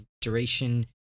duration